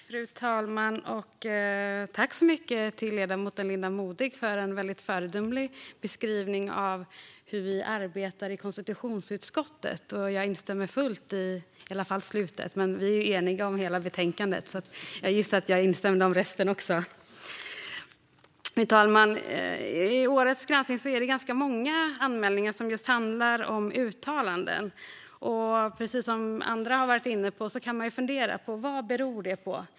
Fru talman! Tack, ledamoten Linda Modig, för en väldigt föredömlig beskrivning av hur vi arbetar i konstitutionsutskottet! Jag instämmer helt, i alla fall i slutet. Men vi är eniga om hela betänkandet, så jag gissar att jag instämmer i resten också. Fru talman! I årets granskning är det ganska många anmälningar som handlar om uttalanden. Precis som andra har varit inne på kan man fundera på vad det beror på.